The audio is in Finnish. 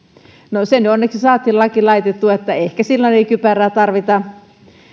no nyt onneksi saatiin laki laitettua että ehkä silloin ei kypärää tarvita